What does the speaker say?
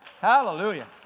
Hallelujah